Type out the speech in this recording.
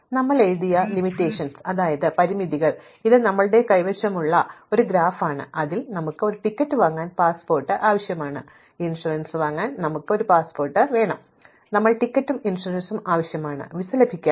അതിനാൽ ഞങ്ങൾ എഴുതിയ പരിമിതികൾ പരിശോധിച്ചാൽ ഇത് ഞങ്ങളുടെ കൈവശമുള്ള ഗ്രാഫ് ആണ് അതിനാൽ ഞങ്ങൾക്ക് ഒരു ടിക്കറ്റ് വാങ്ങാൻ പാസ്പോർട്ട് ആവശ്യമാണ് ഇൻഷുറൻസ് വാങ്ങാൻ ഞങ്ങൾക്ക് ഒരു പാസ്പോർട്ട് ആവശ്യമാണ് ഞങ്ങൾക്ക് ടിക്കറ്റും ഇൻഷുറൻസും ആവശ്യമാണ് വിസ ലഭിക്കാൻ